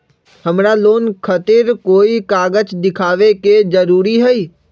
हमरा लोन खतिर कोन कागज दिखावे के जरूरी हई?